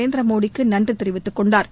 நரேந்திரமோடிக்கு நன்றி தெரிவித்துக் கொண்டாா்